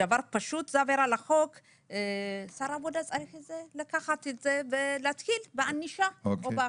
זו עבירה על החוק ושר העבודה צריך לקחת את זה ולהתחיל בענישה או באכיפה.